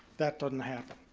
that doesn't happen.